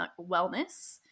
Wellness